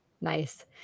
Nice